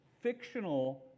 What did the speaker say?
fictional